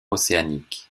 océaniques